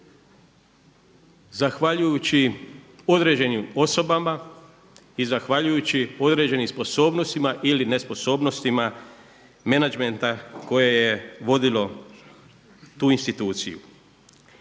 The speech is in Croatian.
zahvaljujući određenim osobama i zahvaljujući određenim sposobnostima ili nesposobnostima menadžmenta koje je vodilo tu instituciju.